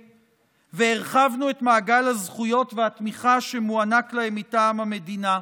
והרחבנו את מעגל הזכויות והתמיכה שמוענק להם מטעם המדינה,